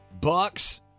bucks